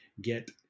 get